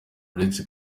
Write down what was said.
uretse